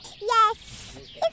Yes